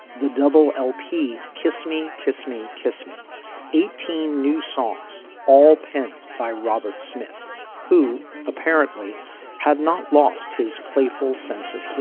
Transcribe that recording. the double lp. kiss me kiss me kiss me eighteen new songs all penned by robert smith who apparently had not lost his playful sense of humor.